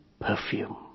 perfume